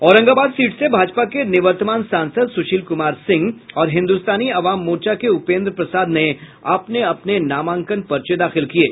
Aurangabad seat से भाजपा के निवर्तमान सांसद सुशील कुमार सिंह और हिन्दुस्तानी अवाम मोर्चा के उपेन्द्र प्रसाद ने अपने अपने नामांकन पर्चे दाखिल किये